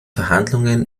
verhandlungen